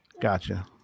Gotcha